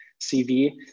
CV